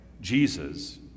Jesus